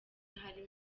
harimo